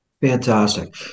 Fantastic